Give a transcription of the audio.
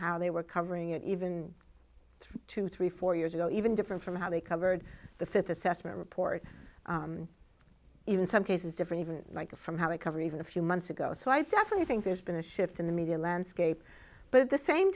how they were covering it even two three four years ago even different from how they covered the fifth assessment report even some cases different even from how they cover even a few months ago so i think there's been a shift in the media landscape but at the same